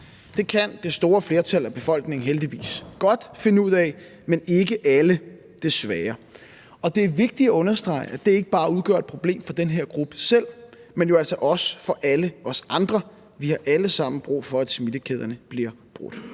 Det kan det store flertal af befolkningen heldigvis godt finde ud af, men ikke alle, desværre, og det er vigtigt at understrege, at det ikke bare udgør et problem for den her gruppe selv, men jo altså også for alle os andre. Vi har alle sammen brug for, at smittekæderne bliver brudt.